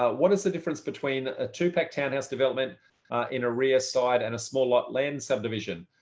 what is the difference between a two pack townhouse development in a rear site and a smaller lot land subdivision?